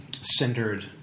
centered